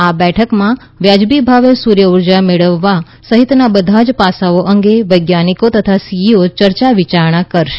આ બેઠકમાં વાજબી ભાવે સૂર્ય ઊર્જા મેળવવા સહિતના બધા જ પાસાઓ અંગે વૈજ્ઞાનિકો તથા સીઈઓ ચર્ચા વિચારણા કરશે